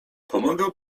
pomogę